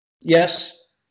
Yes